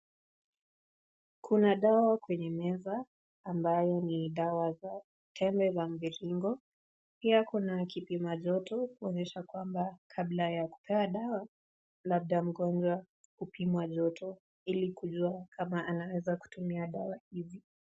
Kuna dawa kwenye meza ambayo ni dawa za tembe za mviringo pia kuna kipima joto kuonyesha kwamba kabla ya kupewa dawa labda mgonjwa hupimwa joto ili kujua kama anweza kutumia dawa hizi.